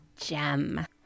gem